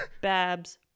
babs